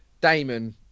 Damon